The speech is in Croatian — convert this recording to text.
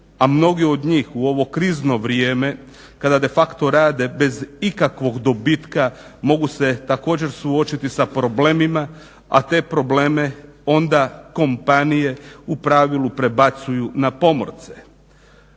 a mnoge od njih u ovo krizno vrijeme, kada de facto rade bez ikakvog dobitka mogu se također suočiti sa problemima, a te probleme onda kompanije u pravilu prebacuju na pomorce.